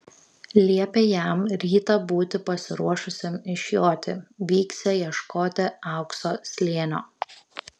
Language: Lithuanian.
liepė jam rytą būti pasiruošusiam išjoti vyksią ieškoti aukso slėnio